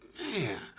man